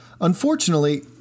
Unfortunately